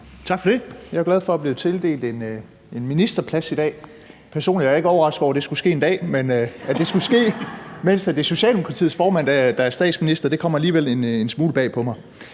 Tak for det. Jeg er glad for at være blevet tildelt en ministerplads i dag. Personligt er jeg ikke overrasket over, at det skulle ske en dag, men at det skulle ske, mens det er Socialdemokratiets formand, der er statsminister, kommer alligevel en smule bag på mig.